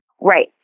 Right